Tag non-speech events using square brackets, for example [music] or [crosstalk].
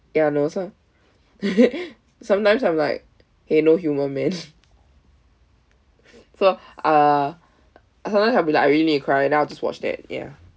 ya no some [laughs] sometimes I'm like eh no humour man so uh sometimes I'll be like I really need to cry then I'll just watch that ya